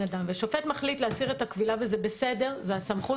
אדם ושופט מחליט להסיר את הכבילה וזה בסדר וזאת הסמכות